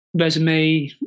resume